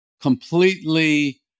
completely